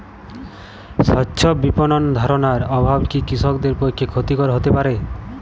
স্বচ্ছ বিপণন ধারণার অভাব কি কৃষকদের পক্ষে ক্ষতিকর হতে পারে?